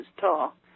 tall